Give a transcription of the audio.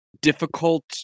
difficult